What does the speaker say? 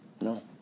No